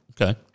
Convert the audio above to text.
Okay